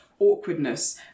awkwardness